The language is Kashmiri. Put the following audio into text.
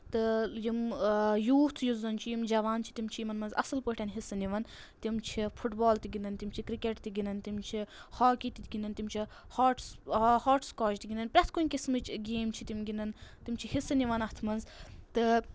تہٕ یِم یوٗتھ یُس زَن چھِ یِم جَوان چھِ تِم چھِ یِمَن منٛز اَصٕل پٲٹھۍ حِصہٕ نِوان تِم چھِ فُٹ بال تہِ گِنٛدان تِم چھِ کِرکَٹ تہِ گِنٛدان تِم چھِ ہاکی تہِ گِنٛدان تِم چھِ ہاٹٕس ہاٹ سکاچ تہِ گِنٛدان پرٛؠتھ کُنہِ قٕسمٕچۍ گیم چھِ تِم گِنٛدان تِم چھِ حِصہٕ نِوان اَتھ منٛز تہٕ